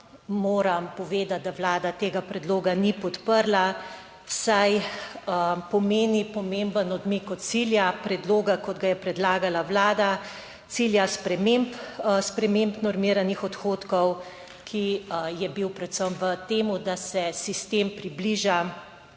moram povedati, da Vlada tega predloga ni podprla, saj pomeni pomemben odmik od cilja predloga, kot ga je predlagala Vlada, cilja sprememb normiranih odhodkov, ki je bil predvsem v tem, da se sistem približa